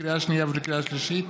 לקריאה שנייה ולקריאה שלישית,